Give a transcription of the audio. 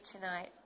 tonight